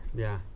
yeah,